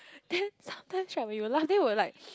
then sometimes right when we were laugh then we were like